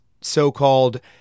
so-called